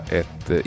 ett